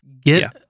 get